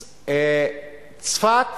צפת